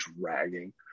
dragging